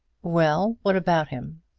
well what about him?